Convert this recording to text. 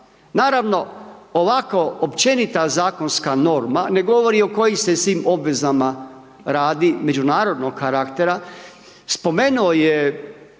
Naravno, ovako općenita zakonska norma ne govori o kojim se svim obvezama radi, međunarodnog karaktera. Spomenuo je